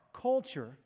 culture